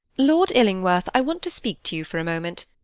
lord illingworth, i want to speak to you for a moment.